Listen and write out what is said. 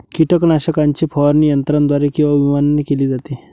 कीटकनाशकाची फवारणी यंत्राद्वारे किंवा विमानाने केली जाते